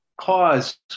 cause